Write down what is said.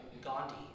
Gandhi